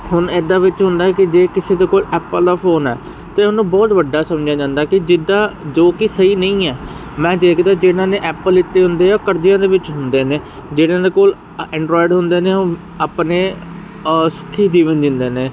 ਹੁਣ ਇਦਾਂ ਵਿੱਚ ਹੁੰਦਾ ਕਿ ਜੇ ਕਿਸੇ ਦੇ ਕੋਲ ਐਪਲ ਦਾ ਫੋਨ ਹ ਤੇ ਉਹਨੂੰ ਬਹੁਤ ਵੱਡਾ ਸਮਝਿਆ ਜਾਂਦਾ ਕਿ ਜਿਦਾਂ ਜੋ ਕਿ ਸਹੀ ਨਹੀਂ ਹ ਮੈਂ ਦੇਖਦਾ ਜਿਨਾਂ ਨੇ ਐਪਲ ਲਿੱਤੇ ਹੁੰਦੇ ਆ ਉਹ ਕਰਜਿਆਂ ਦੇ ਵਿੱਚ ਹੁੰਦੇ ਨੇ ਜਿਹਨਾਂ ਦੇ ਕੋਲ ਐਡਰਾਇਡ ਹੁੰਦੇ ਨੇ ਆਪਣੇ ਸੁਖੀ ਜੀਵਨ ਜੀਂਦੇ ਨੇ